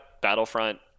Battlefront